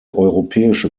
europäische